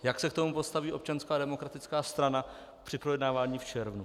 Jak se k tomu postaví Občanská demokratická strana při projednávání v červnu.